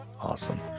Awesome